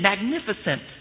magnificent